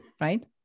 right